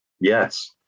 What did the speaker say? Yes